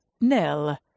nil